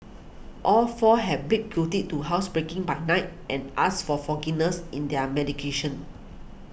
all four have pick guilty to housebreaking by night and asked for forgiveness in their mitigation